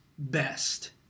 best